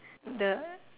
the